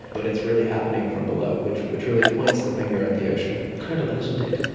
but it's really happening from below, which which really points the finger at the ocean. incredible, isn't it,